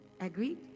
Agreed